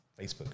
Facebook